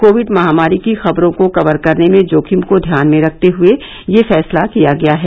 Covid महामारी की खबरों को कवर करने में जोखिम को ध्यान में रखते हुए यह फैसला किया गया है